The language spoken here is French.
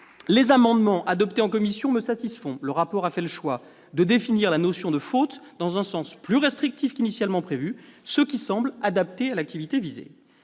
Les amendements adoptés en commission me satisfont. Le rapporteur a fait le choix de définir la notion de faute dans un sens plus restrictif qu'initialement prévu, ce qui semble adapté à l'activité visée.